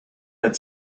had